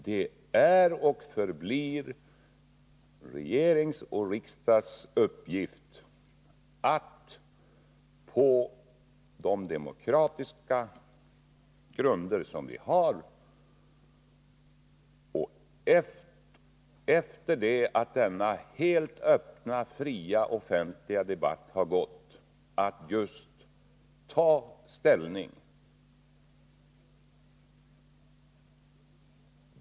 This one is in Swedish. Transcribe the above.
Det är och förblir regeringens och riksdagens uppgift att på våra demokratiska grunder och efter denna helt öppna och fria demokratiska debatt ta ställning.